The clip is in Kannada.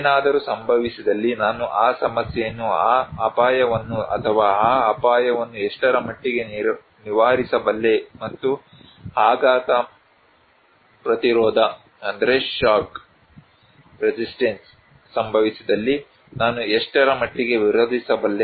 ಏನಾದರೂ ಸಂಭವಿಸಿದಲ್ಲಿ ನಾನು ಆ ಸಮಸ್ಯೆಯನ್ನು ಆ ಅಪಾಯವನ್ನು ಅಥವಾ ಆ ಅಪಾಯವನ್ನು ಎಷ್ಟರ ಮಟ್ಟಿಗೆ ನಿವಾರಿಸಬಲ್ಲೆ ಮತ್ತು ಆಘಾತ ಪ್ರತಿರೋಧ ಸಂಭವಿಸಿದಲ್ಲಿ ನಾನು ಎಷ್ಟರ ಮಟ್ಟಿಗೆ ವಿರೋಧಿಸಬಲ್ಲೆ